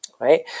Right